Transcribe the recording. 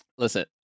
Listen